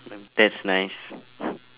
that's nice